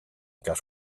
cas